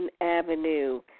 Avenue